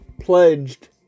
Pledged